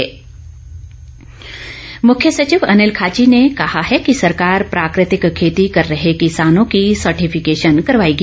मुख्य सचिव मुख्य सचिव अनिल खाची ने कहा है कि सरकार प्राकृतिक खेती कर रहे किसानों की सर्टिफिकेशन करवाएगी